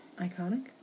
Iconic